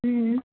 ம்